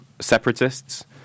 separatists